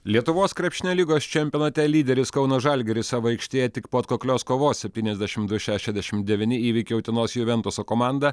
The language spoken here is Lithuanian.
lietuvos krepšinio lygos čempionate lyderis kauno žalgiris savo aikštėje tik po atkaklios kovos septyniasdešim du šešiasdešim devyni įveikė utenos juventuso komandą